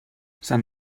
sant